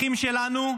אחים שלנו,